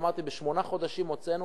אמרתי, בשמונה חודשים הוצאנו